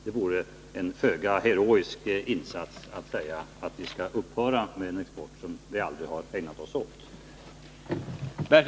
Det vore en föga heroisk insats att säga att vi skall upphöra med en export som vi aldrig har ägnat oss åt.